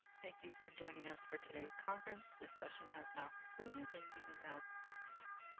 thank you for joining us for todays conference. this session has now concluded, and you may now disconnect.